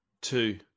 two